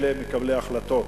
אלה מקבלי החלטות,